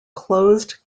closed